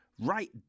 right